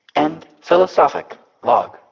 end philosophic log